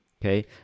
okay